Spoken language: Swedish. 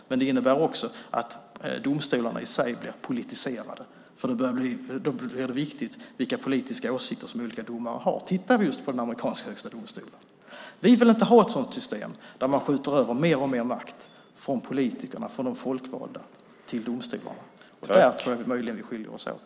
Men det innebär också att domstolarna i sig blir politiserade, för det blir viktigt vilka politiska åsikter olika domare har. Titta just på den amerikanska Högsta domstolen! Vi vill inte ha ett sådant system där man skjuter över mer och mer makt från de folkvalda politikerna till domstolarna. Där tror jag möjligen att vi skiljer oss åt.